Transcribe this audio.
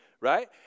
Right